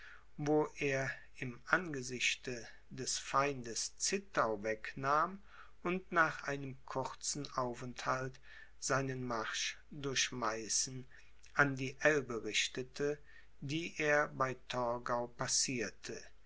wo er im angesichte des feindes zittau wegnahm und nach einem kurzen aufenthalt seinen marsch durch meißen an die elbe richtete die er bei torgau passierte